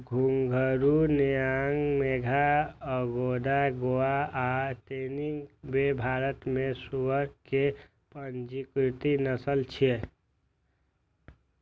घूंघरू, नियांग मेघा, अगोंडा गोवा आ टेनी वो भारत मे सुअर के पंजीकृत नस्ल छियै